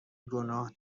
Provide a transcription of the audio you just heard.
گناه